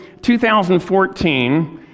2014